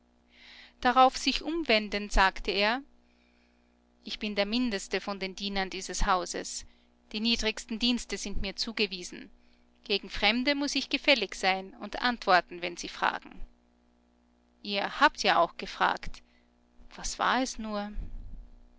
darauf sich umwendend sagte er ich bin der mindeste von den dienern dieses hauses die niedrigsten dienste sind mir zugewiesen gegen fremde muß ich gefällig sein und antworten wenn sie fragen ihr habt ja auch gefragt was war es nur